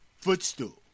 footstool